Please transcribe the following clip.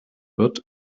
wird